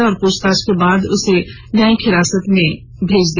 police ने पूछताछ के बाद आज उसे न्यायिक हिरासत में भेज दिया